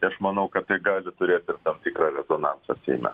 tai aš manau kad tai gali turėt tam tikrą rezonansą seime